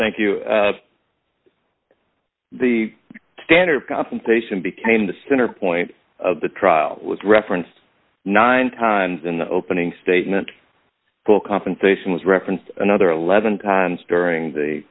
thank you the standard compensation became the center point of the trial was referenced nine times in the opening statement full compensation was referenced another eleven times during the